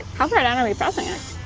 how far down are we pressing it?